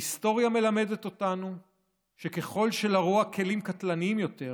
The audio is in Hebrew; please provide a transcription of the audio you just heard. ההיסטוריה מלמדת אותנו שככל שלרוע כלים קטלניים יותר,